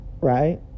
right